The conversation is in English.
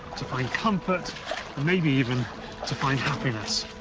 to find comfort, and maybe even to find happiness.